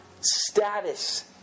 Status